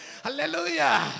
Hallelujah